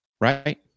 Right